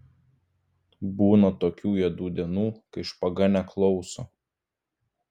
būna tokių juodų dienų kai špaga neklauso